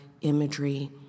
imagery